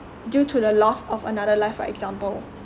due to the lost of another life for example